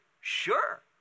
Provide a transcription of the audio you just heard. sure